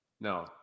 No